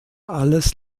alles